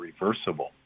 reversible